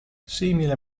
simile